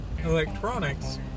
electronics